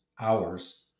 hours